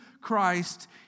Christ